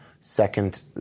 second